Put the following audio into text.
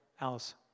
Alice